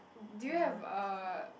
do you have a